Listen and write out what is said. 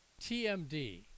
TMD